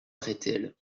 rethel